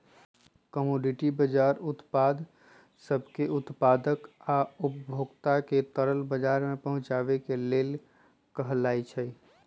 commodity बजार उत्पाद सब के उत्पादक आ उपभोक्ता के तरल बजार में पहुचे के लेल कहलाई छई